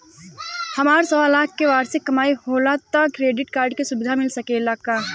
हमार सवालाख के वार्षिक कमाई होला त क्रेडिट कार्ड के सुविधा मिल सकेला का?